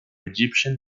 egyptian